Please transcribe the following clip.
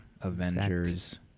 Avengers